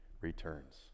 returns